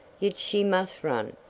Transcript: yet she must run!